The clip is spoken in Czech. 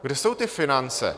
Kde jsou ty finance?